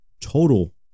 total